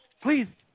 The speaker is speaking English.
please